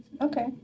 Okay